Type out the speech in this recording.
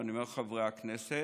ואני אומר לחברי הכנסת: